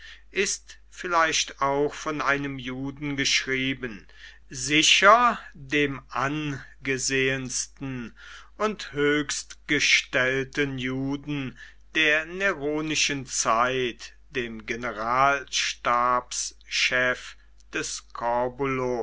ist vielleicht auch von einem juden geschrieben sicher dem angesehensten und höchstgestellten juden der neronischen zeit dem generalstabschef des